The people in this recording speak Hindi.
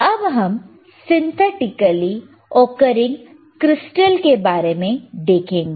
अब हम सिंथेटिकली ओकरिंग क्रिस्टल के बारे में देखेंगे